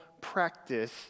practice